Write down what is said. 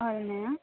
అవున్నయా